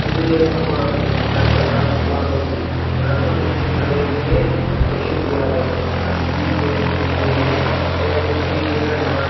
ಇದೆ ನಮ್ಮ ಡಾಕ್ಟರ್ ರಾಜ್ಕುಮಾರ್ ಅವರು ರಂಗಭೂಮಿ ಕಲೆಯಿಂದಲೆ ಪ್ರಸಿದ್ದಿ ಆದವರು ಬಿ ಜಯಶ್ರೀ ದೇವಿ ಯಾ ಗುಬ್ಬಿ ವೀರಣ್ಣ